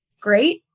great